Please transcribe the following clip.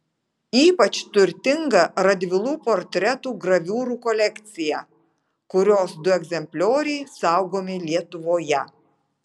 ypač turtinga radvilų portretų graviūrų kolekcija kurios du egzemplioriai saugomi lietuvoje